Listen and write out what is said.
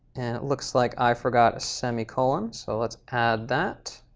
and it looks like i forgot a semicolon, so let's add that.